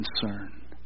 concern